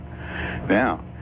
Now